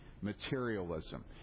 materialism